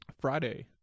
Friday